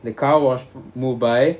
the car wash move by